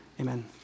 amen